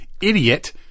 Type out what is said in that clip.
idiot